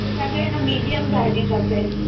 असांखे आहे न मीडियम गाॾी खपे